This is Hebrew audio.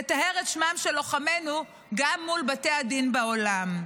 תטהר את שמם של לוחמינו גם מול בתי הדין בעולם.